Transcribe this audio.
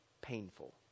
painful